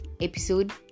episode